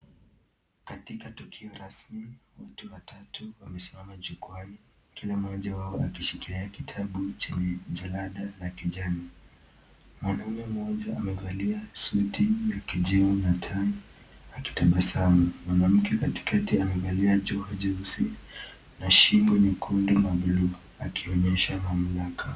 Katika tukio rasmi, mtu watatu amesimama, jukwani, kila moja wao akishikilia kitabu, chenye jalada ya kijani. Mwanaume moja amevalia suti ya kijivu na tai, akitabasamu, mwanamke katikati amevalia, jeuzi na shingo jekundu la buluu akionyesha....